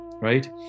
right